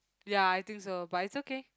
ya I think so but it's okay